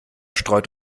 streut